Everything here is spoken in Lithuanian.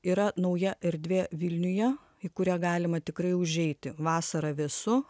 yra nauja erdvė vilniuje į kurią galima tikrai užeiti vasarą vėsu